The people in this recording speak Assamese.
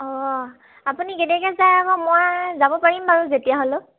অঁ আপুনি কেতিয়াকৈ যায় আকৌ মই যাব পাৰিম বাৰু যেতিয়া হ'লেও